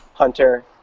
Hunter